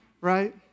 Right